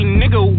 nigga